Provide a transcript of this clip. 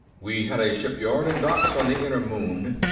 we had a shipyard and docks on the inner moon,